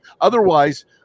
otherwise